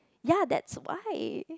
ya that's why